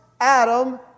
Adam